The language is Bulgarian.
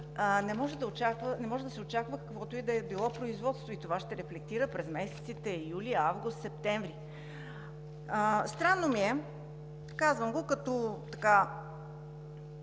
не може да се очаква каквото и да е било производство. Това ще рефлектира през месеците юли, август, септември. Странно ми е, казвам го като